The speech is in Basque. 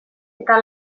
eta